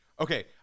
Okay